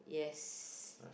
yes